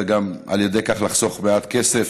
וכך גם לחסוך מעט כסף.